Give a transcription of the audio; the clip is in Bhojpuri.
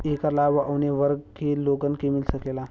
ऐकर लाभ काउने वर्ग के लोगन के मिल सकेला?